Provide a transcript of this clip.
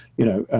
you know,